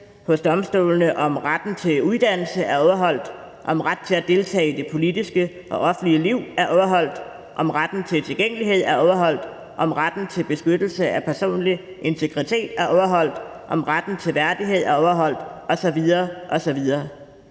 hos domstolene, om retten til uddannelse er overholdt; om retten til at deltage i det politiske og offentlige liv er overholdt; om retten til tilgængelighed er overholdt; om retten til beskyttelse af den personlige integritet er overholdt; om retten til værdighed er overholdt, osv. osv.